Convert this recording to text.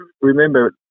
remember